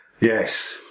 Yes